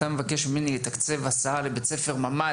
אתה מבקש ממני לתקצב הסעה לבית ספר ממ"ד